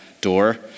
door